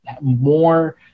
more